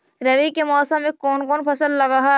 रवि के मौसम में कोन कोन फसल लग है?